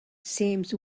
seems